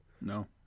No